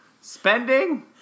Spending